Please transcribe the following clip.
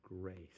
grace